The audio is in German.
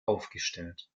aufgestellt